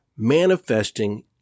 Manifesting